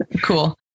Cool